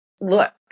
look